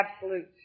absolute